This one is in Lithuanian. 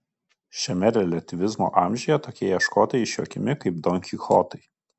šiame reliatyvizmo amžiuje tokie ieškotojai išjuokiami kaip don kichotai